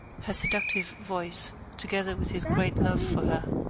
her seductive voice, together with his great love for her,